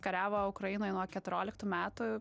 kariavo ukrainoj nuo keturioliktų metų